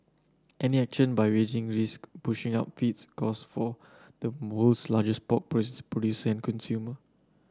any action by risk pushing up feeds costs for the world's largest pork producer and consumer